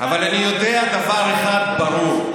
אבל אני יודע דבר אחד ברור.